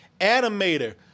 animator